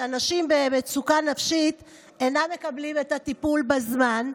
היא שאנשים במצוקה נפשית אינם מקבלים את הטיפול בזמן,